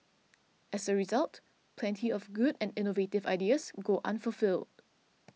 as a result plenty of good and innovative ideas go unfulfilled